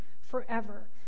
forever